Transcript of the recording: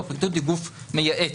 והפרקליטות היא גוף מייעץ.